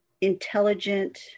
intelligent